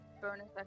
bonus